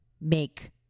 make